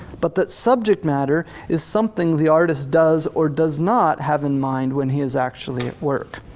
but that subject matter is something the artist does or does not have in mind when he is actually at work.